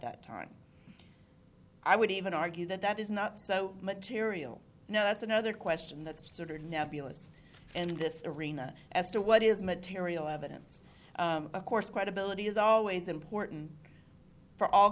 that time i would even argue that that is not so material now that's another question that's sort of nebulous and this arena as to what is material evidence of course credibility is always important for all